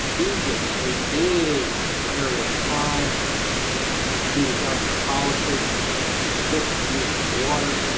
egypt, a big area decline that's due to government policy that restricts the use of water.